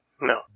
No